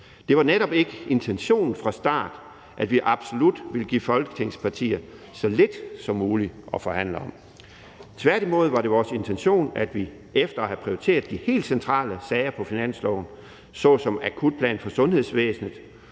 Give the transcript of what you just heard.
Det var netop ikke intentionen fra starten, at vi absolut ville give Folketingets partier så lidt som muligt at forhandle om. Tværtimod var det vores intention, at vi efter at have prioriteret de helt centrale sager på finansloven såsom en akutplan for sundhedsvæsenet,